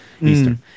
Eastern